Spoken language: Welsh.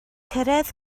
cyrraedd